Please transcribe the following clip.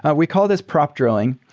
ah we call this prop drilling,